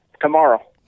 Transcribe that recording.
Tomorrow